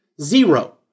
zero